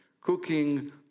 Cooking